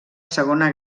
segona